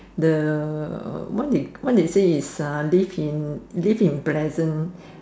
the uh what it what they say is uh live in live in present